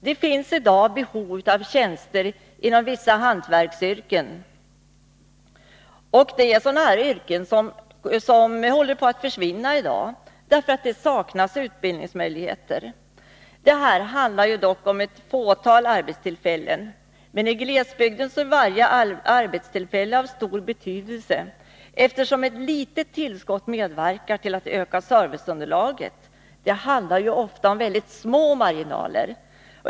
Det finns i dag behov av tjänster inom vissa hantverksyrken, yrken som i dag håller på att försvinna, därför att det saknas utbildningsmöjligheter. Det handlar dock här om ett fåtal arbetstillfällen. Men i glesbygden är varje arbetstillfälle av stor betydelse, eftersom ett litet tillskott medverkar till att öka serviceunderlaget; det handlar ofta om mycket små marginaler.